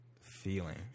feeling